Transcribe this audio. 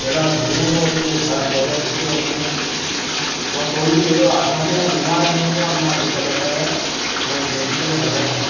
हेॾा धुओं थो अचे हर जॻह जिते वञूं मां कोइ बि आसानीअ सां बीमार थी वेंदो आहे न अॼु कल्ह त माना जंहिंजी कोइ हद न आहे